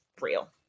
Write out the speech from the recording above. real